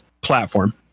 platform